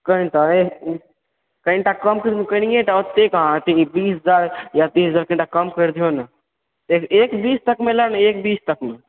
कनि तऽ एह कनि तऽ कनिये तऽ ओत्ते कहाँ बीस दस यऽ तीस तक कम कय दियोने एह एक बीस तकमे लाउ ने एक बीस तकमे